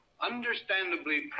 Understandably